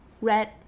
Red